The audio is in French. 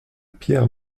pierre